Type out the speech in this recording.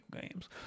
games